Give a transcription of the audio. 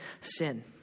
sin